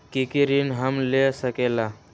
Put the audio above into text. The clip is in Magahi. की की ऋण हम ले सकेला?